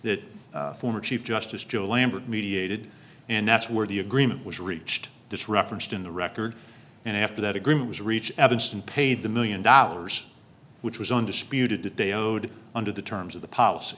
that former chief justice joe lambert mediated and that's where the agreement was reached this referenced in the record and after that agreement was reached evanston paid the million dollars which was undisputed that they owed under the terms of the policy